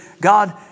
God